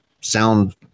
sound